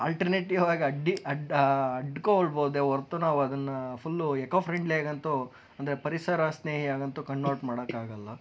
alternative ಆಗಿ ಅಡ್ಡಿ ಅಡ್ಡ ಅಡಿಕೊಳ್ಬೋದೆ ಹೊರತು ನಾವು ಅದನ್ನು ಫುಲ್ಲು ಏಕೋ ಫ್ರೆಂಡ್ಲಿ ಆಗಿ ಅಂತು ಅಂದರೆ ಪರಿಸರ ಸ್ನೇಹಿ ಆಗಂತೂ ಕನ್ವರ್ಟ್ ಮಾಡೋಕೆ ಆಗಲ್ಲ